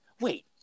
wait